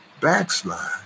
backslide